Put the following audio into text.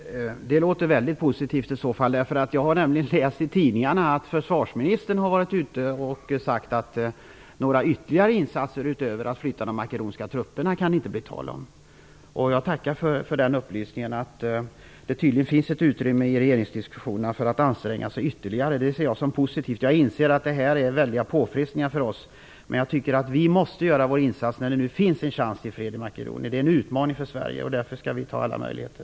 Fru talman! Det låter väldigt positivt i så fall. Jag har nämligen läst i tidningarna att försvarsministern har sagt att det inte kan bli tal om några ytterligare insatser utöver att flytta de makedoniska trupperna. Jag tackar för denna upplysning. Det finns tydligen ett utrymme i regeringsdiskussionerna för att anstränga sig ytterligare. Jag inser dock att detta innebär väldiga påfrestningar på oss, men jag tycker att vi måste göra vår insats, när det nu finns en chans till fred i Makedonien. Det är en utmaning mot Sverige, och därför skall vi begagna alla möjligheter.